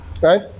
right